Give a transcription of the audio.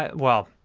well,